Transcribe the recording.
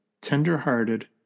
tenderhearted